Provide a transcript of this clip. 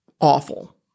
awful